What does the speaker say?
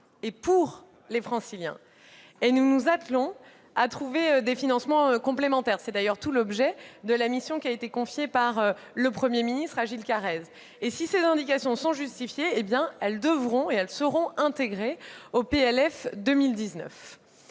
et pour les Franciliens, et nous nous attelons à trouver des financements complémentaires. Ah bon ? Lesquels ? C'est tout l'objet de la mission qui a été confiée par le Premier ministre à Gilles Carrez. Si ses indications sont justifiées, elles devront être intégrées, et elles